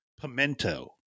pimento